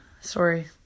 Sorry